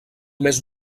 més